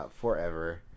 forever